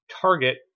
target